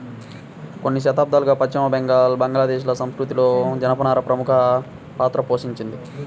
కొన్ని శతాబ్దాలుగా పశ్చిమ బెంగాల్, బంగ్లాదేశ్ ల సంస్కృతిలో జనపనార ప్రముఖ పాత్ర పోషించింది